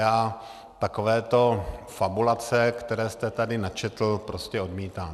Já takovéto fabulace, které jste tady načetl, prostě odmítám.